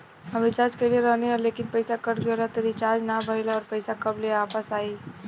हम रीचार्ज कईले रहनी ह लेकिन पईसा कट गएल ह रीचार्ज ना भइल ह और पईसा कब ले आईवापस?